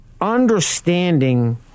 understanding